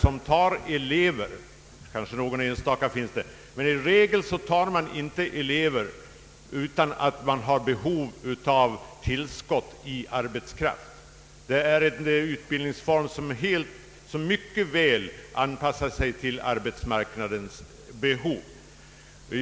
Det finns nämligen ingen — företagarna tar nämligen inte emot elever utan att det föreligger behov av arbetskraftstillskott. Det gäller alltså här en utbildningsform som mycket väl anpassar sig till arbetsmarknadens behov.